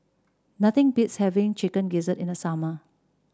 nothing beats having Chicken Gizzard in the summer